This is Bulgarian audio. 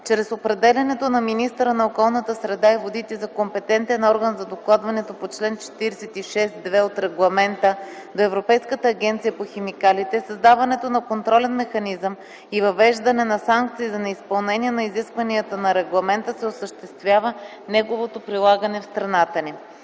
Чрез определянето на министъра на околната среда и водите за компетентен орган за докладването по чл. 46, ал. 2 от регламента до Европейската агенция по химикалите, създаването на контролен механизъм и въвеждане на санкции за неизпълнение на изискванията на регламента, се осъществява неговото прилагане в страната ни.